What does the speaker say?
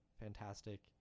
fantastic